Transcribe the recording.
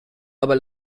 aber